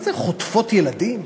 מה זה חוטפות ילדים?